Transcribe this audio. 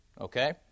Okay